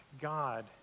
God